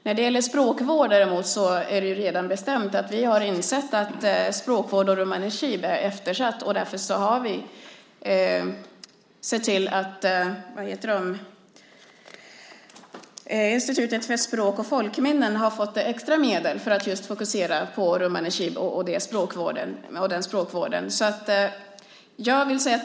När det gäller språkvård är det däremot redan bestämt. Vi har insett att språkvård och romani chib är eftersatt. Därför har vi sett till att Institutet för språk och folkminnen har fått extra medel för att just fokusera på romani chib och den språkvården.